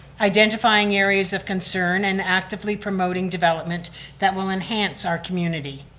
identifying areas of concern and actively promoting development that will enhance our community.